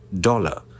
dollar